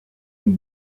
une